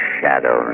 shadow